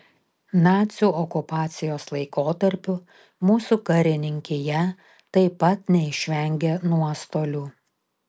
nacių okupacijos laikotarpiu mūsų karininkija taip pat neišvengė nuostolių